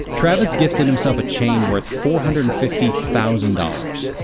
travis gifted himself a chain worth four hundred and fifty thousand dollars.